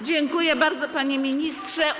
Dziękuję bardzo, panie ministrze.